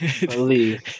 believe